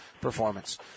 performance